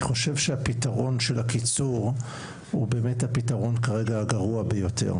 אני חושב שהפתרון של הקיצור הוא באמת הפתרון כרגע הגרוע ביותר.